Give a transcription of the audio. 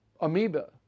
Amoeba